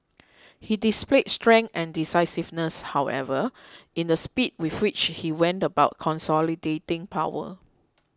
he displayed strength and decisiveness however in the speed with which he went about consolidating power